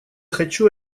хочу